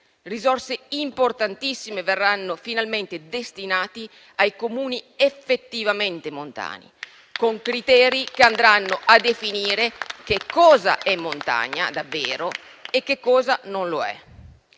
Risorse importantissime verranno finalmente destinate ai Comuni effettivamente montani, con criteri che andranno a definire che cosa è montagna davvero e che cosa non lo è.